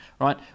right